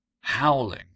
howling